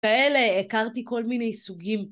באלה הכרתי כל מיני סוגים.